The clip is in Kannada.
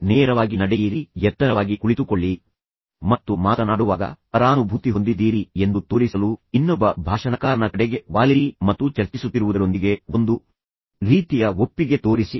ನೇರವಾಗಿ ನಡೆಯಿರಿ ಎತ್ತರವಾಗಿ ಕುಳಿತುಕೊಳ್ಳಿ ಮತ್ತು ಮಾತನಾಡುವಾಗ ಪರಾನುಭೂತಿ ಹೊಂದಿದ್ದೀರಿ ಎಂದು ತೋರಿಸಲು ಇನ್ನೊಬ್ಬ ಭಾಷಣಕಾರನ ಕಡೆಗೆ ವಾಲಿರಿ ಮತ್ತು ಚರ್ಚಿಸುತ್ತಿರುವುದರೊಂದಿಗೆ ಒಂದು ರೀತಿಯ ಒಪ್ಪಿಗೆ ತೋರಿಸಿ